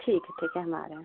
ठीक है ठीक है हम आ रहे हैं